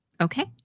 Okay